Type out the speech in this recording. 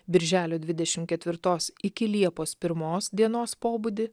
birželio dvidešim ketvirtos iki liepos pirmos dienos pobūdį